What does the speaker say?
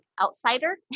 outsider